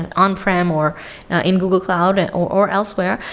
and on-prem or in google cloud, and or or elsewhere,